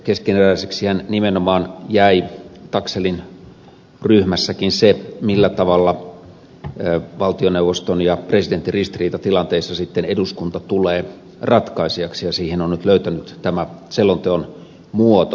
keskeneräiseksihän nimenomaan jäi taxellin ryhmässäkin se millä tavalla valtioneuvoston ja presidentin ristiriitatilanteissa sitten eduskunta tulee ratkaisijaksi ja siihen on nyt löytynyt tämä selonteon muoto